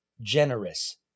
Generous